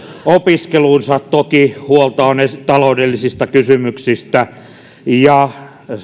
opiskeluunsa toki huolta on taloudellisista kysymyksistä ja